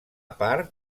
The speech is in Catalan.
part